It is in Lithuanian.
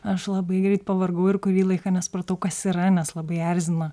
aš labai greit pavargau ir kurį laiką nesupratau kas yra nes labai erzina